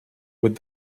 would